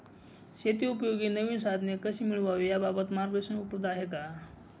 शेतीउपयोगी नवीन साधने कशी मिळवावी याबाबत मार्गदर्शन उपलब्ध आहे का?